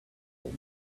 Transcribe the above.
will